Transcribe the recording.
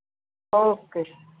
okay